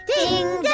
Ding